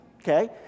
okay